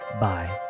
Bye